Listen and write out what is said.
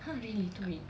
!huh! really two weeks